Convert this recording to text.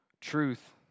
truth